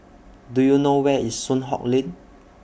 Do YOU know Where IS Soon Hock Lane